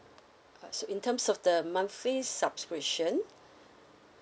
uh so in terms of the monthly subscription